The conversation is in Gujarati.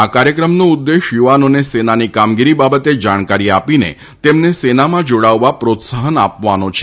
આ કાર્યક્રમનો ઉદેશ યુવાનોને સેનાની કામગીરી બાબતે જાણકારી આપીને તેમને સેનામાં જોડાવવા પ્રોત્સાહન આપવાનો છે